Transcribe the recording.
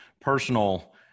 personal